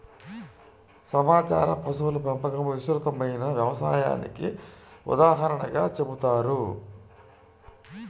సంచార పశువుల పెంపకం విస్తృతమైన వ్యవసాయానికి ఉదాహరణగా చెబుతారు